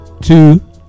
two